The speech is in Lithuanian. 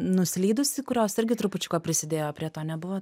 nuslydusi kurios irgi trupučiuką prisidėjo prie to nebuvo